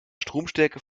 stromstärke